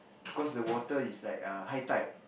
cause the water is like err high tide